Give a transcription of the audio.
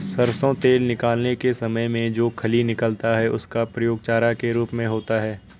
सरसों तेल निकालने के समय में जो खली निकलता है उसका प्रयोग चारा के रूप में होता है